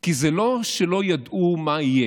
כי זה לא שלא ידעו מה יהיה.